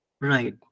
Right